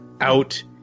out